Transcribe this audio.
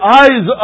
eyes